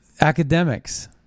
academics